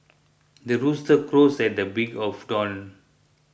the rooster crows at the break of dawn